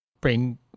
bring